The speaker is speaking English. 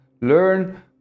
learn